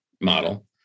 model